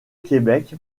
québec